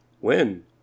When